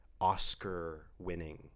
Oscar-winning